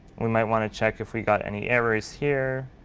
we might want to check if we got any errors here,